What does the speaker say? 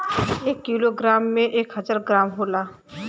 एक kilo gram में एक हजार ग्राम होला